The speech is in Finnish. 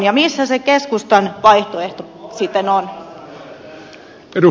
ja missä se keskustan vaihtoehto sitten on